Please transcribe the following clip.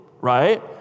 right